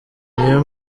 niyo